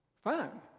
Fine